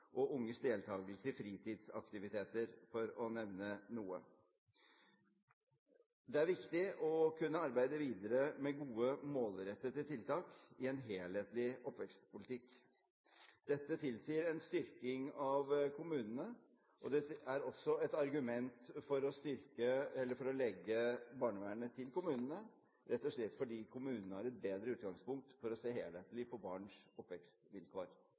og unges deltagelse i fritidsaktiviteter, for å nevne noe. Det er viktig å kunne arbeide videre med gode, målrettede tiltak i en helhetlig oppvekstpolitikk. Dette tilsier en styrking av kommunene, og det er også et argument for å legge barnevernet til kommunene, rett og slett fordi kommunene har et bedre utgangspunkt for å se helhetlig på barns oppvekstvilkår.